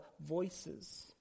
voices